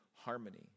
harmony